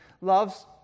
Love's